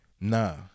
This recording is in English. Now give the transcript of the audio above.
Nah